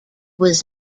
was